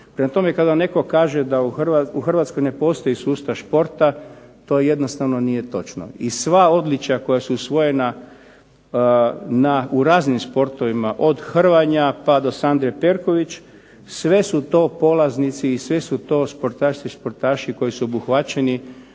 kada netko kaže da u Hrvatskoj ne postoji sustav sporta, to jednostavno nije točno. I sva odličja koja su osvojena u raznim sportovima od hrvanja pa do Sandre Perković sve su to polaznici i sve su to športašice i športaši koji su obuhvaćeni